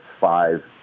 five